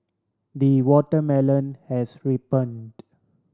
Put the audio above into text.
the watermelon has ripened